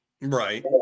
Right